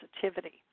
sensitivity